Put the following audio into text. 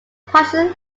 partial